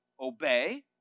obey